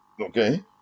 Okay